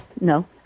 no